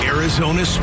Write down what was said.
Arizona